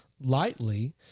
lightly